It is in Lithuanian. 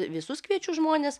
visus kviečiu žmones